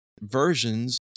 versions